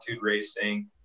racing